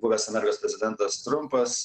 buvęs amerikos prezidentas trumpas